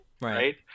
right